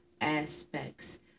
aspects